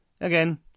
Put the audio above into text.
Again